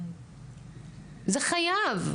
זה חייב.